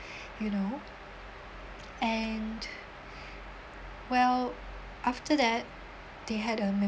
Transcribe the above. you know and well after that they had a